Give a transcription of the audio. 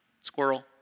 squirrel